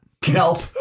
Kelp